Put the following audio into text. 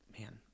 man